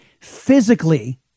physically